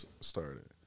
started